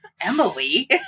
Emily